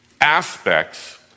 aspects